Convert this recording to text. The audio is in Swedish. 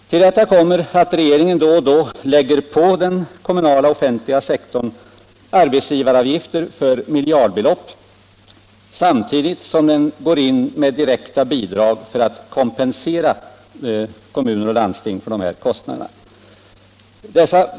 Till detta kommer att regeringen då och då lägger på den kommunala offentliga sektorn arbetsgivaravgifter för miljardbelopp, samtidigt som den går in med direkta bidrag för att kompensera kommuner och landsting för deras kostnader.